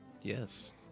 Yes